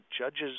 judges